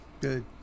Good